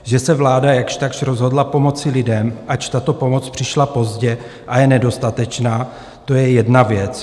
Že se vláda jakž takž rozhodla pomoci lidem, ač tato pomoc přišla pozdě a je nedostatečná, to je jedna věc.